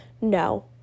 No